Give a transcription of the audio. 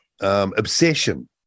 obsession